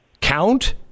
count